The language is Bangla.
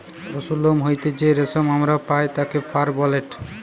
পশুর লোম হইতে যেই রেশম আমরা পাই তাকে ফার বলেটে